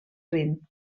rin